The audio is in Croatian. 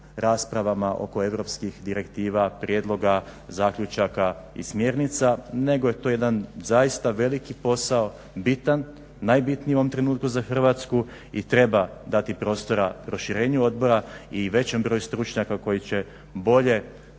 raspravama oko europskih direktiva, prijedloga, zaključaka i smjernica nego je to jedan zaista veliki posao bitan, najbitniji u ovom trenutku za Hrvatsku i treba dati prostora proširenju odbora i većem broju stručnjaka koji će bolje,